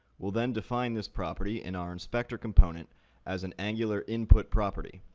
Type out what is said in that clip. we'll then define this property in our inspector component as an angular input property.